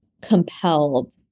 compelled